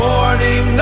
Morning